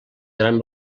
gran